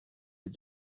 des